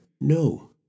No